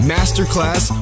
Masterclass